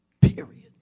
Period